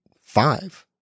five